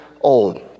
old